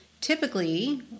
typically